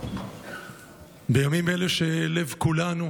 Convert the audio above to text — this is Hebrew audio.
בימים אלה, כשלב כולנו